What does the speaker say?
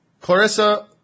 Clarissa